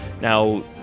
Now